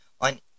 on